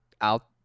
out